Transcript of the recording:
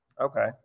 okay